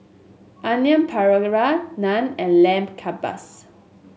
Onion Naan and Lamb Kebabs